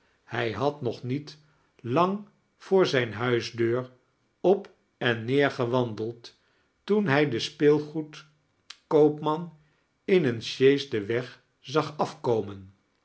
hij had nog niet lang voor zijne huisdeur op en heer gewandeld toen hij den speelgoedkoopman in een sjees den weg zag afbomen